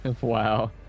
Wow